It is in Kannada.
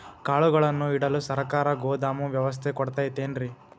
ಕಾಳುಗಳನ್ನುಇಡಲು ಸರಕಾರ ಗೋದಾಮು ವ್ಯವಸ್ಥೆ ಕೊಡತೈತೇನ್ರಿ?